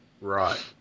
right